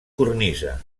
cornisa